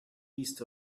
east